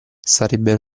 sarebbero